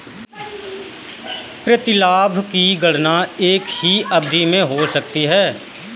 प्रतिलाभ की गणना एक ही अवधि में हो सकती है